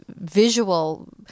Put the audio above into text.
visual